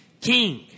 king